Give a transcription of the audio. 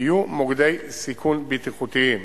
יהיו מוקדי סיכון בטיחותיים.